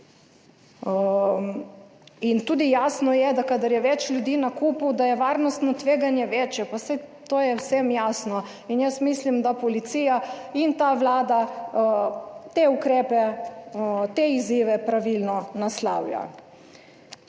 ne. Tudi jasno je, da kadar je več ljudi na kupu, da je varnostno tveganje večje, pa saj to je vsem jasno. Jaz mislim, da policija in ta vlada te ukrepe, te izzive pravilno naslavlja.